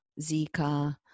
Zika